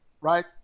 right